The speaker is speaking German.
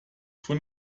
von